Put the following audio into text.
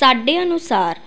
ਸਾਡੇ ਅਨੁਸਾਰ